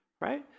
Right